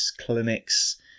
clinics